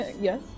yes